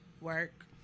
work